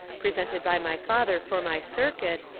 presented by my father for my circuit,